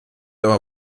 aber